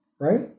right